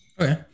Okay